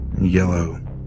Yellow